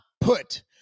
put